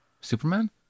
Superman